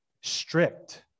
Strict